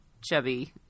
chubby